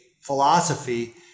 philosophy